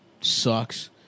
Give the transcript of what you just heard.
Sucks